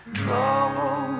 trouble